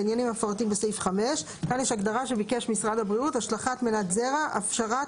בעניינים המפורטים בסעיף 5; "השלכת מנת שרע" הפשרת